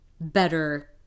better